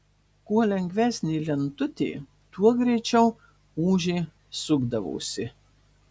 kuo lengvesnė lentutė tuo greičiau ūžė sukdavosi